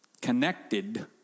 connected